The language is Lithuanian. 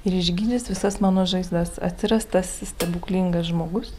ir išgydys visas mano žaizdas atsiras tas stebuklingas žmogus